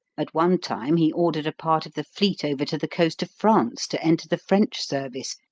at one time he ordered a part of the fleet over to the coast of france, to enter the french service,